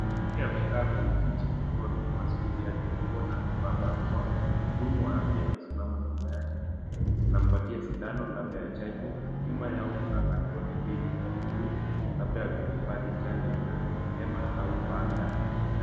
Mwanamke amekaa kwenye mtu akiwa ameinua slivu yake ya nguo na amevaa barakoa. Mhudumu wa afya amesimama nyuma yake. Anampatia sindano labda ya chanjo. Nyuma yao kuna kantoni mbili za buluu labda ya kuhifadhi chanjo na hema au banda.